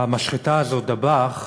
שהמשחטה הזאת, "דבאח",